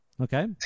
Okay